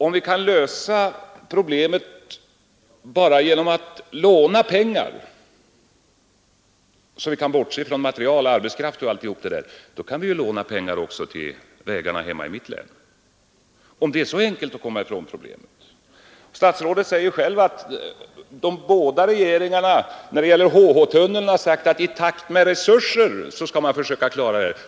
Om vi kunde lösa problemet enbart genom att låna pengar — bortseende från material, arbetskraft och allt detta — då kunde vi låna pengar till vägarna också, t.ex. hemma i mitt län. Är det så enkelt att komma ifrån problemet? Statsrådet säger själv att båda regeringarna när det gäller HH-tunneln sagt att man i takt med ländernas resurser skall försöka klara den.